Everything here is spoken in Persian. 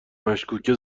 مشکوکه